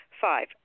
Five